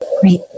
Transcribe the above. Great